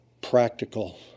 practical